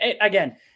again